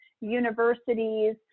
universities